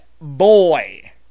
boy